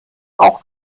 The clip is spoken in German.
auch